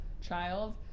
child